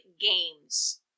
games